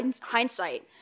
hindsight